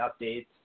updates